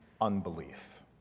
unbelief